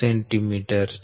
012 metre છે